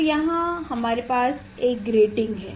अब यहाँ हमारे पास एक ग्रेटिंग है